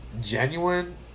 genuine